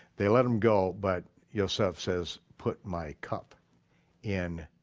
they let them go but yoseph says, put my cup in,